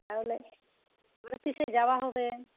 তাহলে এবারে কিসে যাওয়া হবে